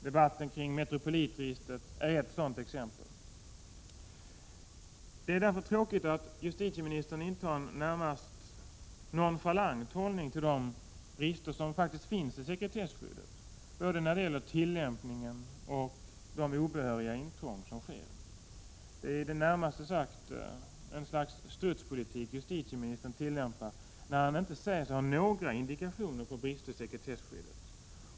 Debatten kring Metropolitregistret är ett sådant exempel. Det är därför tråkigt att justitieministern intar en närmast nonchalant hållning till de brister i sekretesskyddet som faktiskt finns, både när det gäller tillämpningen och när det gäller obehöriga intrång. Justitieministern tillämpar närmast ett slags strutspolitik när han inte säger sig se några indikationer på brister i sekretesskyddet.